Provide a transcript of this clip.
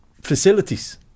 facilities